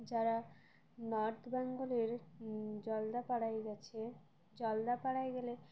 যারা নর্থ বেঙ্গলের জলদাপাড়ায় গেছে জলদা পাড়ায় গেলে